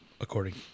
according